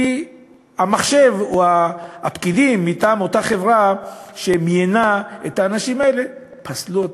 כי המחשב או הפקידים מטעם אותה חברה שמיינה את האנשים האלה פסלו אותם.